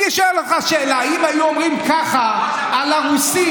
אני שואל אותך שאלה: אם היו אומרים ככה על הרוסים,